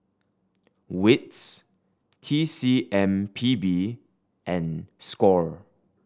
wits T C M P B and score